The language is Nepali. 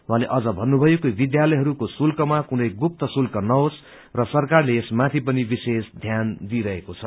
उहाँले अझ भन्नुभ्नयो कि विध्यालयहरूको शुल्कमा कुनै गुत्त शुल्क नहोस र सरकारले यस माथि पनि विशेष ध्यान दिइरहेको छ